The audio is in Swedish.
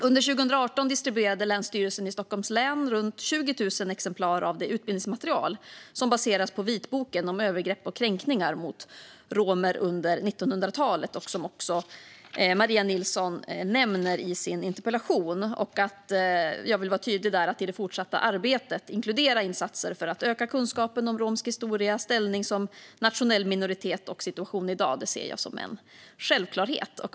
Under 2018 distribuerade Länsstyrelsen i Stockholms län runt 20 000 exemplar av det utbildningsmaterial som baseras på vitboken om övergrepp och kränkningar mot romer under 1900-talet, som Maria Nilsson också nämner i sin interpellation. Jag vill vara tydlig där. Att i det fortsatta arbetet inkludera insatser för att öka kunskapen om romsk historia, ställning som nationell minoritet, och situation i dag, ser jag som en självklarhet.